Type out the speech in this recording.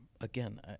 again